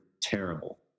terrible